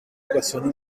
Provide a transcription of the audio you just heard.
educación